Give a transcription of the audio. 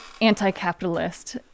anti-capitalist